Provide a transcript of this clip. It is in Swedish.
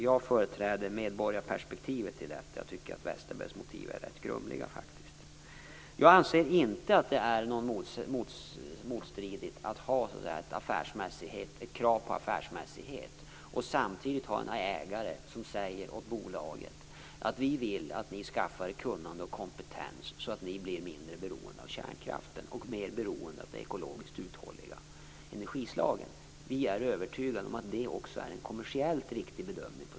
Jag företräder medborgarperspektivet och tycker att Per Westerbergs motiv faktiskt är rätt grumliga. Jag anser inte att det är motstridigt att ha ett krav på affärsmässighet och att samtidigt ha en ägare som säger till bolaget: Vi vill att ni skaffar er kunnande och kompetens så att ni blir mindre beroende av kärnkraften och mera beroende av de ekologiskt uthålliga energislagen. Vi är övertygade om att det också på sikt är en kommersiellt riktig bedömning.